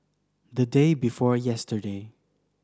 the day before yesterday